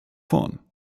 vorn